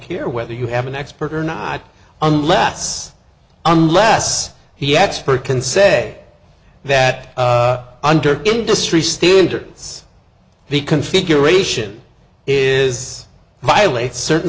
care whether you have an expert or not unless unless he expert can say that under industry standards the configuration is violate certain